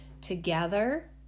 together